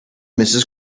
mrs